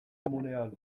komunean